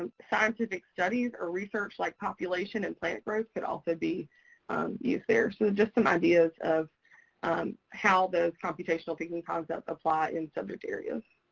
scientific studies, or research like population and plant growth could also be used there. so just some ideas of how those computational thinking concepts apply in subject areas.